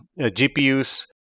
GPUs